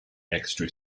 extra